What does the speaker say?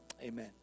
amen